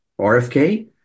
RFK